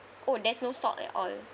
oh there's no salt at all